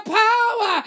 power